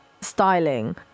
styling